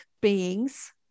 beings